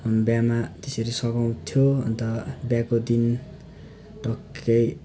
बिहामा त्यसरी सघाउँथ्यो अन्त बिहाको दिन टक्कै